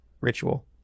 ritual